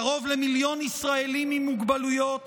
קרוב למיליון ישראלים עם מוגבלויות